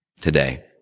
today